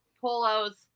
polos